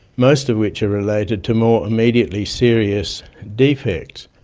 most of which are related to more immediately serious defects.